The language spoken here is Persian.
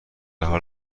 حال